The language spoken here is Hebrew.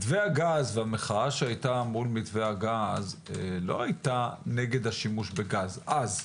מתווה הגז והמחאה שהיתה מולו לא היתה נגד השימוש בגז אז.